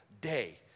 day